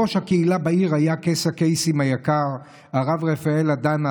בראש הקהילה בעיר היה קייס הקייסים היקר הרב רפאל הדנה,